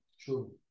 True